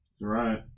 Right